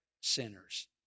sinners